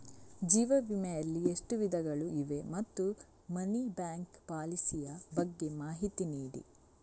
ಜೀವ ವಿಮೆ ಯಲ್ಲಿ ಎಷ್ಟು ವಿಧಗಳು ಇವೆ ಮತ್ತು ಮನಿ ಬ್ಯಾಕ್ ಪಾಲಿಸಿ ಯ ಬಗ್ಗೆ ಮಾಹಿತಿ ನೀಡಿ?